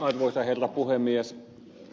arvoisa herra puhemies